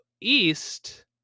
East